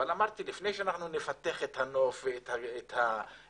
אמרתי שלפני שנפתח את הנוף ואת הטבע,